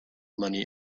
money